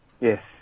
yes